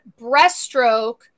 breaststroke